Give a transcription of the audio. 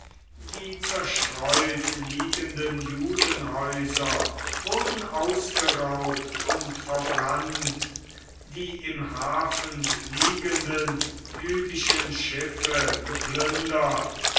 die zerstreut liegenden judenhäuser wurden ausgeraubt und verbrannt die im hafen liegenden jüdischen schiffe geplündert